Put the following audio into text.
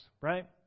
right